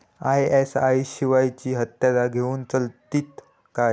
ISI शिवायची हत्यारा घेऊन चलतीत काय?